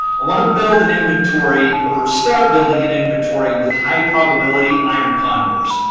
i want to build an inventory or start building an inventory with high probability iron condors.